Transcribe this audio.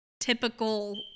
typical